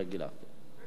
רגילה.